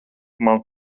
man